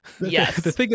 yes